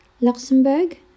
Luxembourg